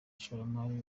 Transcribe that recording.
ishoramari